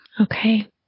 Okay